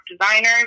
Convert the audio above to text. designers